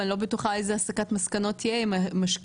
ואני לא בטוחה איזו הסקת מסקנות תהיה אם משקיעים